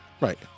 right